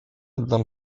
дам